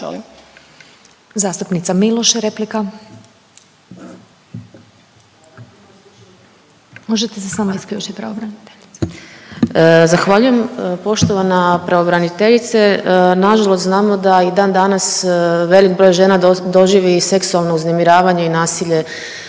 Zastupnica Miloš, replika. Možete se samo isključiti pravobraniteljice. **Miloš, Jelena (Možemo!)** Zahvaljujem. Poštovana pravobraniteljice na žalost znamo da i dan danas velik broj žena doživi seksualno uznemiravanje i nasilje